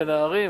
לנערים.